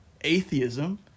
atheism